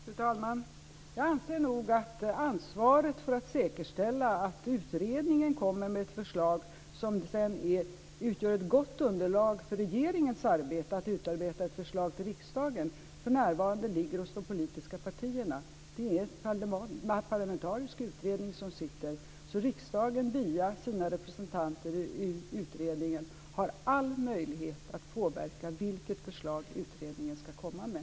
Fru talman! Jag anser att ansvaret för att säkerställa att utredningen kommer med ett förslag som utgör ett gott underlag för regeringens arbete att utarbeta ett förslag till riksdagen, för närvarande ligger hos de politiska partierna. Det är en parlamentarisk utredning. Riksdagen har all möjlighet att via sina representanter i utredningen påverka vilket förslag utredningen ska komma med.